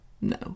No